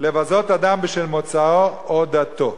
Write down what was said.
לבזות אדם בשל מוצאו או דתו.